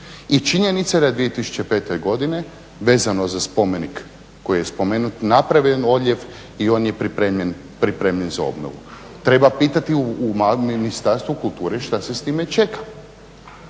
I činjenica je da je 2005. godine vezano za spomenik koji je spomenut napravljen odljev i on je pripremljen za obnovu. Treba pitati u Ministarstvu kulture šta se sa time čeka.